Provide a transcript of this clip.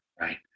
right